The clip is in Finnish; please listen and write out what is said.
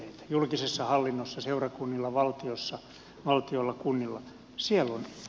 julkisessa hallinnossa seurakunnilla valtiolla kunnilla siellä on sihteereitä